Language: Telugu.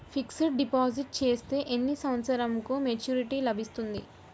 ఫిక్స్డ్ డిపాజిట్ చేస్తే ఎన్ని సంవత్సరంకు మెచూరిటీ లభిస్తుంది?